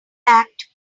act